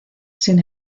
sin